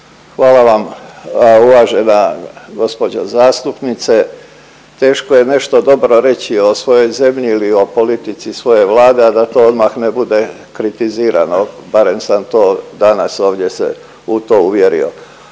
Hvala vam uvažena gospođo zastupnice. Teško je nešto dobro reći o svojoj zemlji ili o politici svoje Vlade, a da to odmah ne bude kritizirano, barem sam to danas ovdje se u to uvjerio.